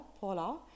Paula